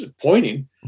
pointing